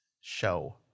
show